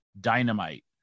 dynamite